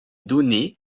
donné